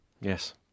Yes